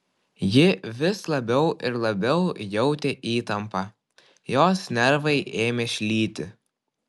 ji vis labiau ir labiau jautė įtampą jos nervai ėmė šlyti